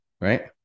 right